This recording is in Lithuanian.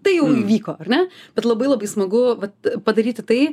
tai jau įvyko ar ne bet labai labai smagu vat padaryti tai